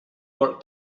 work